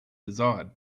desired